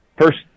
First